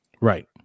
Right